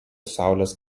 saulės